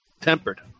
Tempered